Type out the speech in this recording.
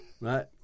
Right